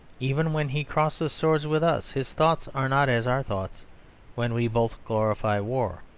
even when he crosses swords with us his thoughts are not as our thoughts when we both glorify war,